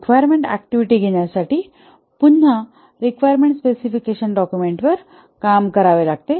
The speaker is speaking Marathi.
रिक्वायरमेंट ऍक्टिव्हिटी घेण्यासाठी पुन्हा रिक्वायरमेंट स्पेसिफिकेशन डॉक्युमेंट वर काम करावे लागते